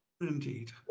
Indeed